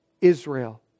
Israel